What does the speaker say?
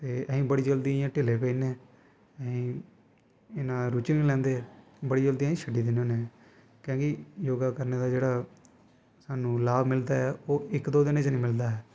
तेअस बड़े जल्दी इयां ढिल्ले पेई जन्ने आं इन्ना रुची नी लैंदे बड़ी जल्दी अस शड्डी दिन्ने होनें कैंह् कुि योगा करने दा जेह्ड़ा साह्नू लाभ मिलदा ऐ ओह् इक दो दिनें च नी मिलदा ऐ